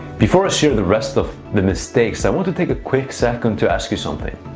before i share the rest of the mistakes, i want to take a quick second to ask you something.